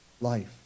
life